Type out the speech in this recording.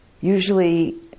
Usually